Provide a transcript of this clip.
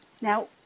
Now